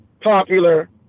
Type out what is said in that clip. popular